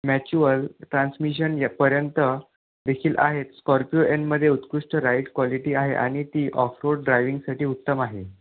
mutual transmission य पर्यंत देखील आहेत स्कॉर्पिओ एनमध्ये उत्कृष्ट राईड क्वालिटी आहे आणि ती ऑफ रोड ड्रायविंगसाठी उत्तम आहे